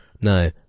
No